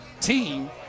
team